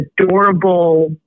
adorable